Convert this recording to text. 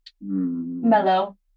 mellow